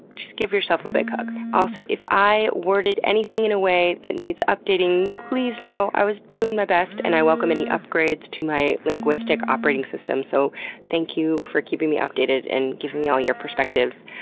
just give yourself a big hug. also, if i worded anything in a way that needs updating, please know i was doing by best and i welcome any upgrades to my linguistic operating system. so thank you for keeping me updated and giving me all your perspectives.